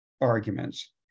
arguments